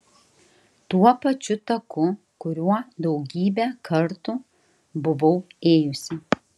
tuo pačiu taku kuriuo daugybę kartų buvau ėjusi